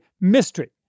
mystery